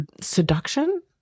seduction